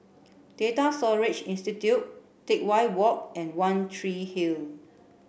Data Storage Institute Teck Whye Walk and One Tree Hill